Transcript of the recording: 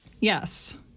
Yes